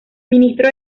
ministro